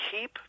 keep